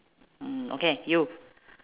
mm okay you